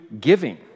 giving